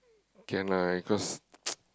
can lah because